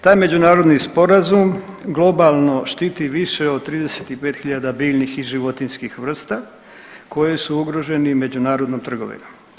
Taj međunarodni sporazum globalno štiti više od 35 hiljada biljnih i životinjskih vrsta koji su ugroženi međunarodnom trgovinom.